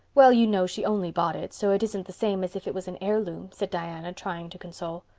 well, you know she only bought it, so it isn't the same as if it was an heirloom, said diana, trying to console.